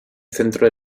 centro